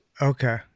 Okay